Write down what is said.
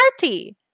party